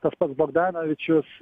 tas pats bogdanovičius